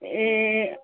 ए